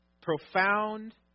profound